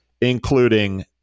including